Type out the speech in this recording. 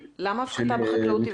למה הפחתה בחקלאות היא ודאית?